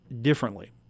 differently